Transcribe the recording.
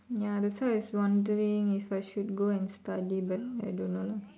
ya that's why I was wondering if I should go and study but I don't know lah